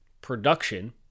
production